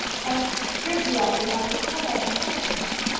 and phrygia is my paternal inheritance.